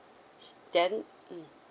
then mm